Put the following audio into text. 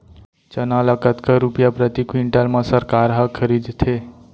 चना ल कतका रुपिया प्रति क्विंटल म सरकार ह खरीदथे?